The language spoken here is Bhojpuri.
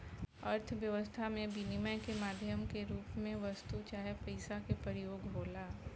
अर्थव्यस्था में बिनिमय के माध्यम के रूप में वस्तु चाहे पईसा के प्रयोग होला